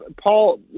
Paul